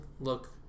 look